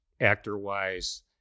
Actor-wise